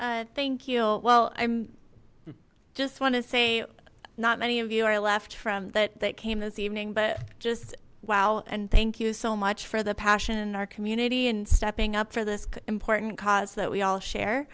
wine thank you well i'm just want to say not many of you are left from that that came this evening but just wow and thank you so much for the passion in our community and stepping up for this important cause that we all share